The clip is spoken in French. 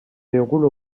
déroule